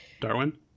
Darwin